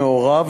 מעורב,